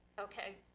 okay.